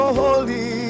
holy